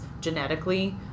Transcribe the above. genetically